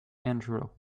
intro